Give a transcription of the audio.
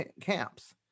camps